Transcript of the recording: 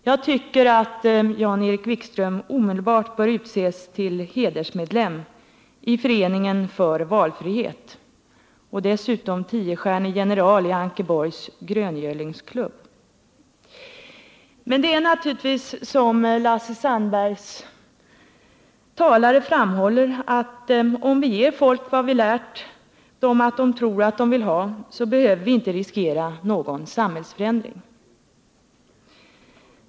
Jag tycker att Jan-Erik Wikström omedelbart bör utses till hedersmedlem i Föreningen för valfrihet och dessutom till 10-stjärnig general i Ankeborgs gröngölingsklubb. Men det är naturligtvis som Lasse Sandbergs talare framhåller: Om vi ger folk vad vi lärt dem att de tror att de vill ha, så behöver vi inte riskera någon samhällsförändring!